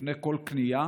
לפני כל קנייה,